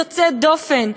יוצא דופן,